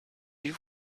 you